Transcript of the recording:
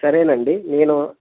సరేనండి నేను